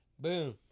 boom